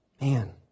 Man